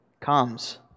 comes